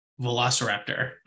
Velociraptor